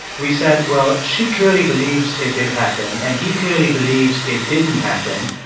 we said, well, she clearly believes it did happen and he clearly believes it didn't happen.